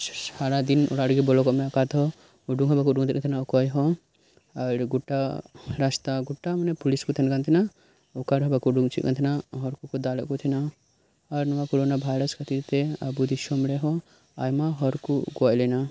ᱥᱟᱨᱟ ᱫᱤᱱ ᱚᱲᱟᱜ ᱨᱮᱜᱮ ᱵᱚᱞᱚ ᱠᱚᱜ ᱢᱮ ᱚᱠᱟ ᱛᱮᱦᱚᱸ ᱩᱰᱩᱝ ᱦᱚᱸ ᱵᱟᱠᱚ ᱩᱰᱩᱝ ᱛᱟᱸᱦᱮᱱᱟ ᱚᱠᱭ ᱦᱚᱸ ᱟᱨ ᱜᱚᱴᱟ ᱨᱟᱥᱛᱟ ᱜᱚᱴᱟ ᱢᱟᱱᱮ ᱯᱚᱞᱤᱥ ᱠᱚ ᱛᱟᱦᱮᱱ ᱠᱟᱱ ᱛᱟᱦᱮᱱᱟ ᱚᱠᱟ ᱨᱮᱦᱚᱸ ᱵᱟᱠᱚ ᱩᱰᱩᱠ ᱚᱪᱚᱭᱟᱜ ᱛᱟᱦᱮᱱᱟ ᱦᱚᱽ ᱠᱚ ᱠᱚ ᱫᱟᱞᱮᱫ ᱠᱚ ᱛᱟᱦᱮᱱᱟ ᱟᱨ ᱱᱚᱣᱟ ᱠᱳᱨᱳᱱᱟ ᱵᱷᱟᱭᱨᱟᱥ ᱠᱷᱟᱹᱛᱤᱨ ᱛᱮ ᱟᱵᱚ ᱫᱤᱥᱚᱢ ᱨᱮᱦᱚᱸ ᱟᱭᱢᱟ ᱦᱚᱲ ᱠᱚ ᱜᱚᱡ ᱞᱮᱱᱟ